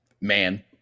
man